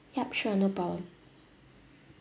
yup sure no problem